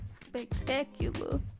Spectacular